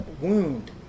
wound